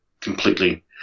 completely